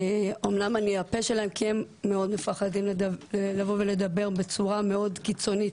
אמנם אני הפה שלהם כי הם מפחדים מאוד לבוא ולדבר בצורה קיצונית.